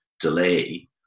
delay